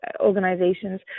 organizations